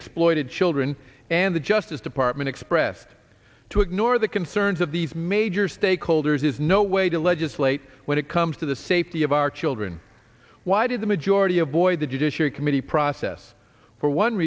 exploited children and the justice department expressed to ignore the concerns of these major stakeholders is no way to legislate when it comes to the safety of our children why did the majority avoid the judiciary committee process for one